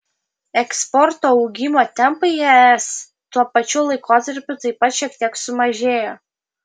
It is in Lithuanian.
eksporto augimo tempai į es tuo pačiu laikotarpiu taip pat šiek tiek sumažėjo